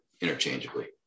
interchangeably